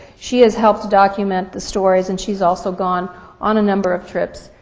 she has helped document the stories and she's also gone on a number of trips.